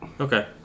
Okay